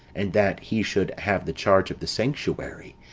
and that he should have the charge of the sanctuary,